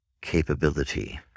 capability